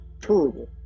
terrible